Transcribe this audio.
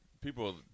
people